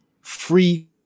free